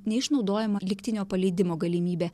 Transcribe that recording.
neišnaudojama lygtinio paleidimo galimybė